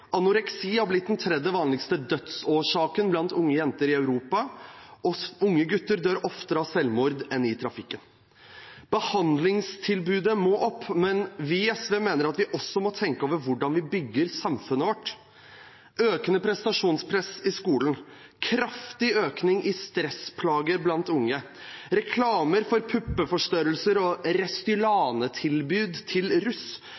har blitt den tredje vanligste dødsårsaken blant unge jenter i Europa, og det dør flere unge gutter av selvmord enn i trafikken. Behandlingstilbudet må opp, men vi i SV mener at vi også må tenke over hvordan vi bygger samfunnet vårt. Økende prestasjonspress i skolen, kraftig økning i stressplager blant unge, reklame for puppeforstørrelser og Restylane-tilbud til russ